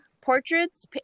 portraits